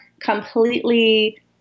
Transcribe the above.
completely